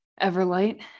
Everlight